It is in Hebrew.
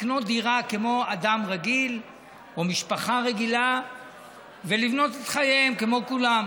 לקנות דירה כמו אדם רגיל או משפחה רגילה ולבנות את חייהם כמו כולם,